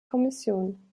kommission